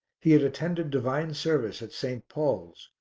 he had attended divine service at st. paul's,